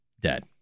dead